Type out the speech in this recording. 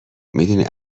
میدونی